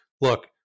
look